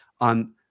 on